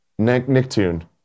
Nicktoon